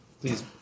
Please